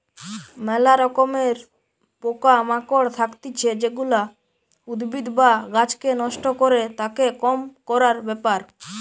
ম্যালা রকমের পোকা মাকড় থাকতিছে যেগুলা উদ্ভিদ বা গাছকে নষ্ট করে, তাকে কম করার ব্যাপার